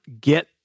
get